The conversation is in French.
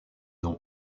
dans